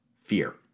fear